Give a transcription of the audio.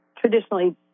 traditionally